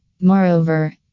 Moreover